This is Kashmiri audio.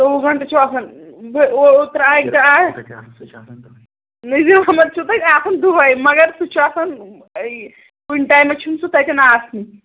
ژۄوُہ گَنٛٹہٕ چھِو تُہۍ آسان بٕے اوٗترٕ اَکہِ دۄہ آیَس نذیٖر اَحمَد چھُ تَتہِ آسان دۅے مگر سُہ چھُ آسان کُنہِ ٹایمہٕ چھُنہٕ سُہ تَتیٚن آسنٕے